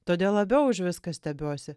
todėl labiau už viską stebiuosi